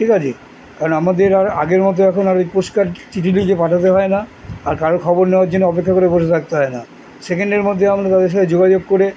ঠিক আছে কারণ আমাদের আর আগের মতো এখন আর ওই পুরস্কার চিঠি লিখে পাঠাতে হয় না আর কারো খবর নেওয়ার জন্য অপেক্ষা করে বসে থাকতে হয় না সেকেন্ডের মধ্যে আমাদের তাদের সাথে যোগাযোগ করে